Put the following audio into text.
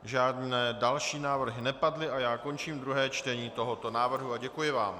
Žádné další návrhy nepadly, končím druhé čtení tohoto návrhu a děkuji vám.